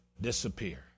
disappear